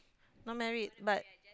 not married but